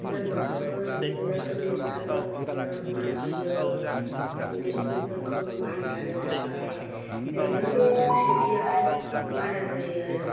मान बावखांनानै बिदिनो उन्दै फ्राबो बिदिनो मागियो देरसिन फोरखौ मान लानो थाखाय बेयावनो खौसेथिआहाय बारा जायो आरो